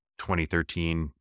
2013